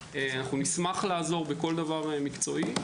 ונשמח לעזור בכל דבר מקצועי.